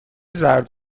زرد